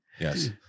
Yes